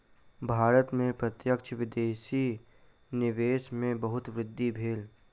भारत में प्रत्यक्ष विदेशी निवेश में बहुत वृद्धि भेल